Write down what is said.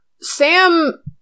Sam